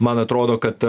man atrodo kad